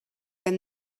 than